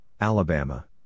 Alabama